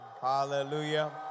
Hallelujah